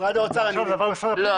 נכון?